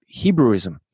Hebrewism